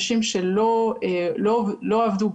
עשינו שינוי במשרות,